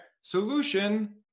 solution